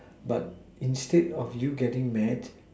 but instead of you getting mad